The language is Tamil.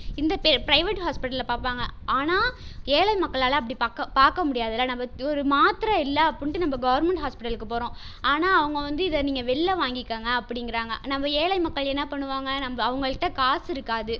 இந்த பே பிரைவேட் ஹாஸ்பிட்டலில் பார்ப்பாங்க ஆனால் ஏழை மக்களால் அப்படி பக்க பார்க்க முடியாதுல்ல நம்ம ஒரு மாத்திரை இல்லை அப்புடின்ட்டு நம்ம கவர்மெண்ட் ஹாஸ்பிட்டலுக்கு போகிறோம் ஆனால் அவங்க வந்து இதை நீங்கள் வெளியில் வாங்கிக்கங்க அப்படிங்கிறாங்க நம்ம ஏழை மக்கள் என்ன பண்ணுவாங்கள் நம்ம அவங்கள்ட்ட காசு இருக்காது